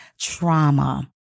trauma